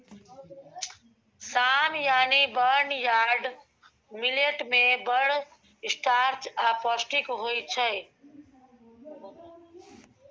साम यानी barnyard millet मे बड़ स्टार्च आ पौष्टिक होइ छै